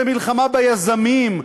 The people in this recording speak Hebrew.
זו מלחמה ביזמים,